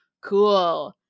cool